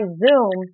zoom